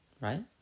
Right